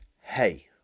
hey